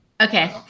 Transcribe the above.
Okay